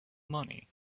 money